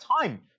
time